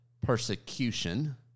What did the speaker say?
persecution